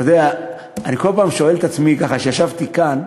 אתה יודע, אני כל פעם שואל את עצמי, כשישבתי כאן,